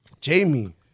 Jamie